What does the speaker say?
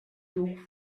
took